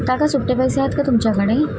काका सुट्टे पैसे आहेत का तुमच्याकडे